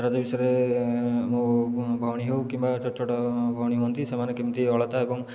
ରଜ ବିଷୟରେ ମୋ ଭଉଣୀ ହେଉ କିମ୍ବା ଛୋଟ ଛୋଟ ଭଉଣୀ ହୁଅନ୍ତି ସେମାନେ କେମିତି ଅଳତା ଏବଂ